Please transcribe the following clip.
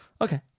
Okay